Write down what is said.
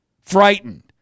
Frightened